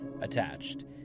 Attached